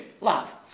love